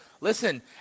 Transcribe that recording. Listen